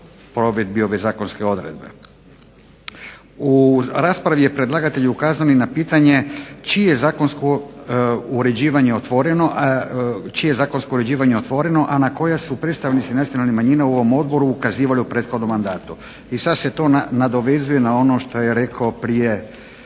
provedbi ove zakonske odredbe. U raspravi je predlagatelj ukazao na pitanje čije zakonsko uređivanje otvoreno a na koja su predstavnici nacionalnih manjina u ovom odboru ukazivali u prethodnom mandatu. I sada se to nadovezuje na ono što je rekao